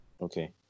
Okay